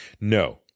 no